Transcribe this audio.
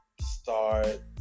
start